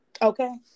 Okay